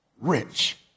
rich